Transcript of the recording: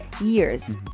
years